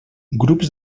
grups